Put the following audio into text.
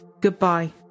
Goodbye